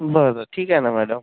बरं ठीक आहे ना मॅडम